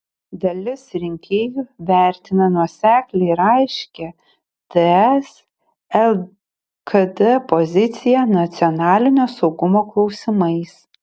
dalis rinkėjų vertina nuoseklią ir aiškią ts lkd poziciją nacionalinio saugumo klausimais